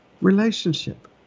relationship